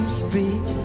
speak